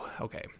okay